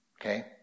Okay